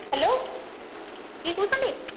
hello କିଏ କହୁଛନ୍ତି